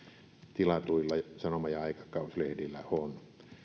tilatuilla sanoma ja aikakausilehdillä on